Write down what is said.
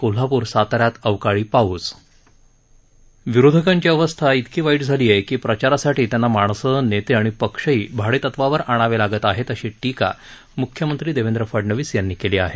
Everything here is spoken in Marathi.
कोल्हापूर साता यात अवकाळी पाऊस विरोधकांची अवस्था इतकी वाईट आहे की प्रचारासाठी त्यांना माणसं नेते आणि पक्षही भाडेतत्वावर आणावे लागत आहेत अशी टिका मूख्यमंत्री देवेन्द्र फडणवीस यांनी केली आहे